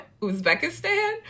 Uzbekistan